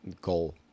goal